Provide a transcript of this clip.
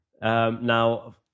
Now